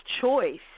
choice